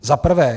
Za prvé.